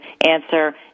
answer